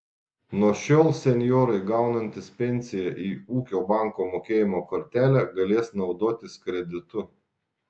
nuo šiol senjorai gaunantys pensiją į ūkio banko mokėjimo kortelę galės naudotis kreditu